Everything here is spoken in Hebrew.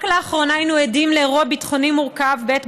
רק לאחרונה היינו עדים לאירוע ביטחוני מורכב בעת